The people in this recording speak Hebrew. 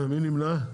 מי נמנע?